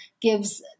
gives